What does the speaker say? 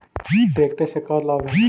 Tractor से का लाभ है?